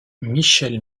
michel